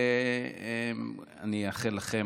אני אאחל לכם גם מזל טוב.